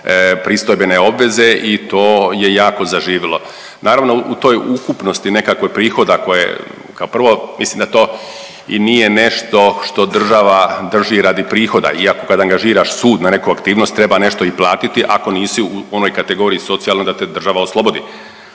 pristojbene obveze i to je jako zaživilo. Naravno u toj ukupnosti nekakvih prihoda koje, kao prvo mislim da to i nije nešto što država drži radi prihoda iako kad angažiraš sud na neku aktivnost treba nešto i platiti ako nisu u onoj kategoriji socijalnoj da te država oslobodi.